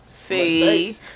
See